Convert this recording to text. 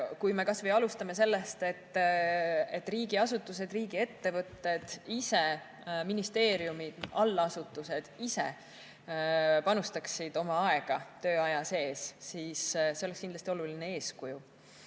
Kui me alustame kas või sellest, et riigiasutused, riigiettevõtted, ministeeriumid ja allasutused ise panustaksid oma aega tööaja sees, siis see oleks kindlasti oluline eeskuju.